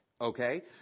okay